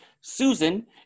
Susan